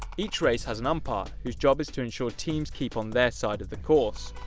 each race has an umpire, whose job is to ensure teams keep on their side of the course.